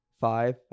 five